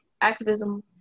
activism